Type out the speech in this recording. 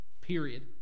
period